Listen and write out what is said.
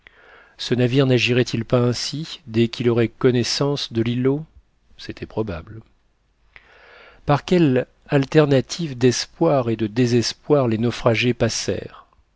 ce navire nagirait il pas ainsi dès qu'il aurait connaissance de l'îlot c'était probable par quelles alternatives d'espoir et de désespoir les naufragés